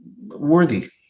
worthy